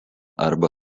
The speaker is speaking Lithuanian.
arba